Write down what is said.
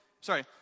Sorry